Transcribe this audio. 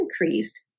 increased